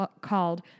called